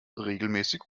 regelmäßig